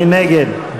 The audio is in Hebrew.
מי נגד?